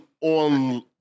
on